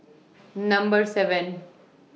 Number seven